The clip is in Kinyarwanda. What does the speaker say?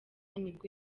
nibwo